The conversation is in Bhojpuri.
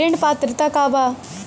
ऋण पात्रता का बा?